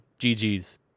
GG's